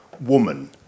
woman